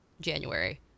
January